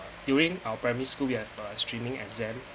during our primary school we have uh streaming exam